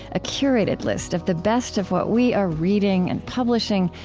a curated list of the best of what we are reading and publishing,